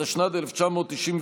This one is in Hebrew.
התשנ"ד 1994,